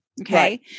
Okay